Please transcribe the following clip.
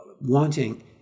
wanting